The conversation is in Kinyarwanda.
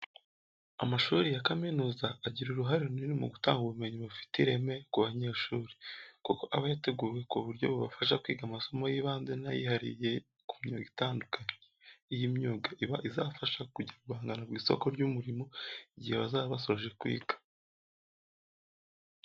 Amashuri ya kaminuza agira uruhare runini mu gutanga ubumenyi bufite ireme ku banyeshuri kuko aba yateguwe ku buryo bubafasha kwiga amasomo y'ibanze n'ay'ihariye ku myuga itandukanye. Iyi myuga iba izabafasha kujya guhangana ku isoko ry'umurimo igihe bazaba basoje kwiga.